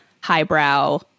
highbrow